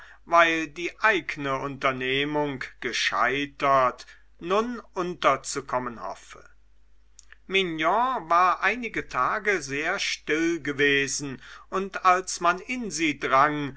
weil die eigne unternehmung gescheitert nun unterzukommen hoffe mignon war einige tage sehr still gewesen und als man in sie drang